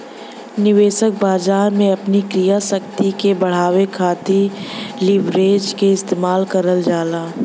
निवेशक बाजार में अपनी क्रय शक्ति के बढ़ावे खातिर लीवरेज क इस्तेमाल करल जाला